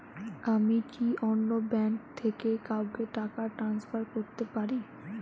আমি কি অন্য ব্যাঙ্ক থেকে কাউকে টাকা ট্রান্সফার করতে পারি?